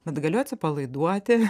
bet galiu atsipalaiduoti